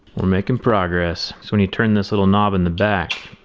we're making progress. so when you turn this little knob in the back,